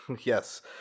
yes